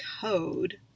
code